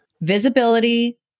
Visibility